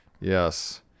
Yes